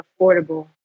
affordable